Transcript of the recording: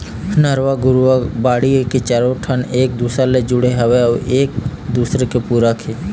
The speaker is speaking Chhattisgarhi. नरूवा, गरूवा, घुरूवा, बाड़ी ए चारों ठन ह एक दूसर ले जुड़े हवय अउ एक दूसरे के पूरक हे